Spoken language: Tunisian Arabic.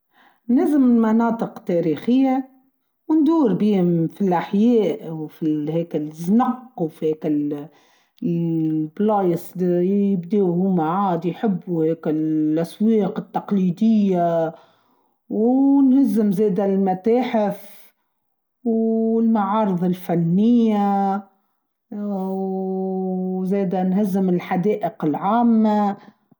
نزم المناطق التاريخية وندور بيهم في الأحياء وفي هيكه الزنق وفي البلايس يبدأوا هم عاد يحبوا الأسواق التقليدية ونزم زيادة المتاحف والمعارض الفنية وزادة نزم الحدائق العامة.